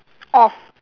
off